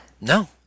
No